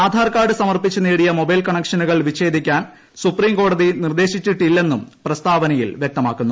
Aadhaar card സമർപ്പിച്ച് നേടിയു mobile കണക്ഷനുകൾ വിച്ഛേദിക്കാൻ സുപ്രീംകോടതി നിർദ്ദേശിച്ചിട്ടില്ലെന്നും പ്രസ്താവന യിൽ വ്യക്തമാക്കുന്നു